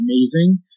amazing